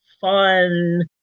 fun